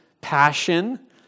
passion